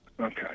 Okay